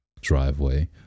driveway